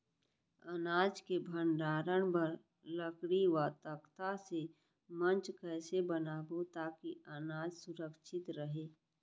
अनाज के भण्डारण बर लकड़ी व तख्ता से मंच कैसे बनाबो ताकि अनाज सुरक्षित रहे?